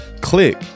click